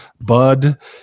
Bud